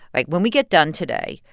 like, when we get done today,